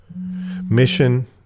Mission